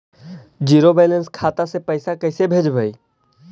Zero balance खाता से पैसा कैसे भेजबइ?